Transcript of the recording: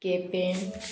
Quepem